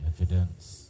evidence